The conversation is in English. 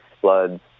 floods